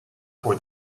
for